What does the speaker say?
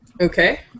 Okay